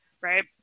Right